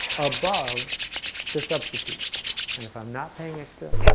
above the substitute and if i'm not paying extra,